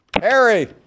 Harry